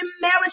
marriage